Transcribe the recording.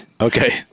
okay